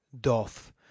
doth